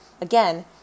Again